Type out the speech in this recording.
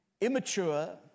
Immature